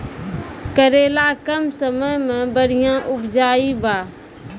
करेला कम समय मे बढ़िया उपजाई बा?